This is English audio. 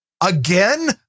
again